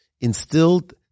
instilled